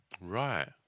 Right